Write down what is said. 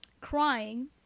crying